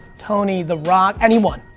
tony, the rock, anyone,